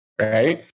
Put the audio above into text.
Right